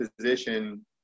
position